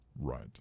Right